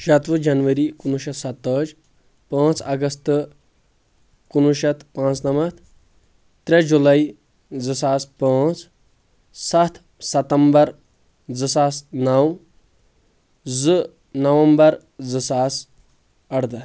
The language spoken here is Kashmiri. شتوُہ جنؤری کُنوُہ شیٚتھ ستتٲجی پانٛژھ اگستہٕ کُنوُہ شتھ پانٛژھ نمتھ ترٛےٚ جُلے زٕ ساس پانٛژھ ستھ ستمبر زٕ ساس نو زٕ نومبر زٕ ساس ارٕدہ